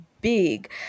big